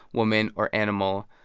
woman or animal,